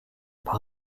par